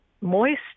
Moist